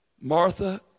Martha